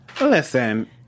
Listen